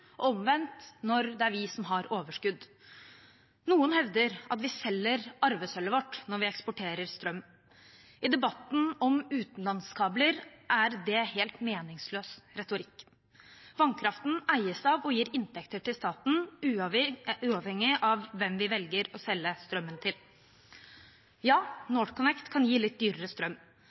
omvendt når det er vi som har overskudd. Noen hevder at vi selger arvesølvet vårt når vi eksporterer strøm. I debatten om utenlandskabler er det en helt meningsløs retorikk. Vannkraften eies av og gir inntekter til staten, uavhengig av hvem vi velger å selge strømmen til. Ja, NorthConnect kan gi litt dyrere strøm,